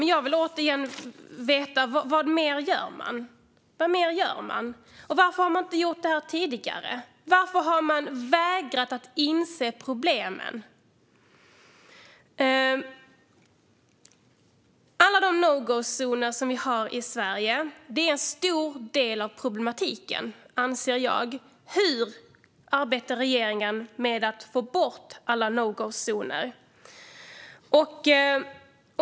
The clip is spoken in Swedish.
Men jag vill återigen veta vad man gör mer. Och varför har man inte gjort detta tidigare? Varför har man vägrat att inse problemen? Jag anser att alla de no go-zoner som vi har i Sverige är en stor del av problematiken. Hur arbetar regeringen med att få bort alla no go-zoner?